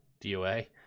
doa